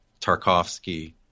Tarkovsky